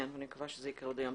כן, אני מקווה שזה יקרה עוד היום.